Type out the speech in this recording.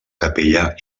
capella